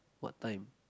what time